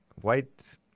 white